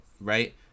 right